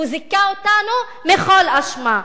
הוא זיכה אותנו מכל אשמה,